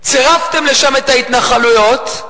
צירפתם לשם את ההתנחלויות,